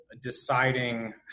deciding